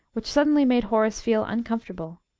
which suddenly made horace feel uncomfortable.